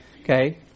Okay